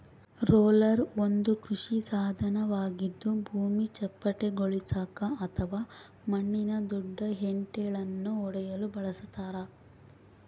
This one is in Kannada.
ರೋಲರ್ ಒಂದು ಕೃಷಿ ಸಾಧನವಾಗಿದ್ದು ಭೂಮಿ ಚಪ್ಪಟೆಗೊಳಿಸಾಕ ಅಥವಾ ಮಣ್ಣಿನ ದೊಡ್ಡ ಹೆಂಟೆಳನ್ನು ಒಡೆಯಲು ಬಳಸತಾರ